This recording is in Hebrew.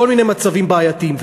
כל מיני מצבים בעייתיים.